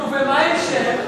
נו, ומה ההמשך?